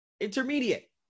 Intermediate